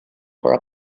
for